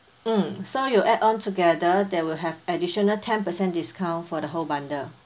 mm so you add-on together there will have additional ten percent discount for the whole bundle